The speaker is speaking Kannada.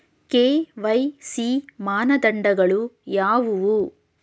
ಕೆ.ವೈ.ಸಿ ಮಾನದಂಡಗಳು ಯಾವುವು?